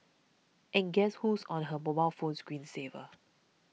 and guess who's on her mobile phone screen saver